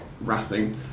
Racing